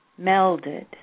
melded